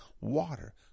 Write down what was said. water